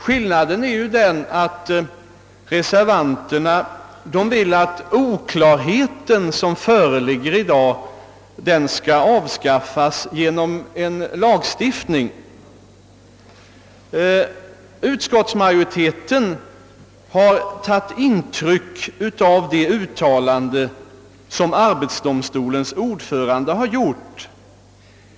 Skillnaden mellan utskottsmajoritetens förslag och reservanternas är att reservanterna vill att den oklarhet som i dag föreligger skall avskaffas genom en lagstiftning. Utskottsmajoriteten har däremot tagit intryck av det uttalande som arbetsdomstolens ordförande gjort.